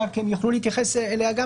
אם יוכלו להתייחס גם אליה,